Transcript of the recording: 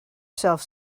self